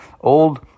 old